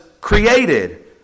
created